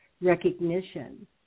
recognition